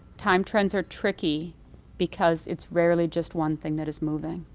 time trends are tricky because it's rarely just one thing that is moving.